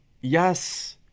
Yes